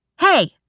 Hey